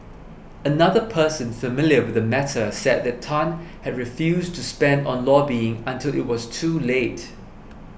another person familiar with the matter said that Tan had refused to spend on lobbying until it was too late